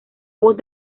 voz